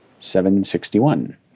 761